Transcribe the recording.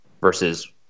versus